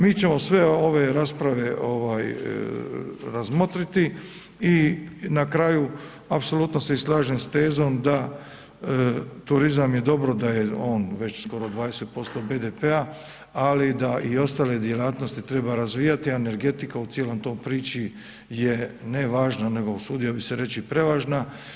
Mi ćemo sve ove rasprave razmotriti i na kraju, apsolutno se i slažem s tezom da turizam je dobro da je on već skoro 20% BDP-a ali i da ostale djelatnosti treba razvijati a energetika u cijeloj priči je ne važna nego usudio bi se reći i prevažna.